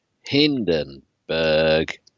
Hindenburg